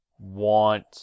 want